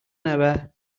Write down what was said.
never